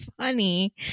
funny